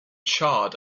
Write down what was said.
charred